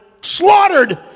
slaughtered